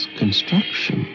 construction